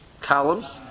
columns